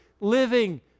living